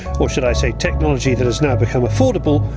or should i say technology that has now become affordable,